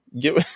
Give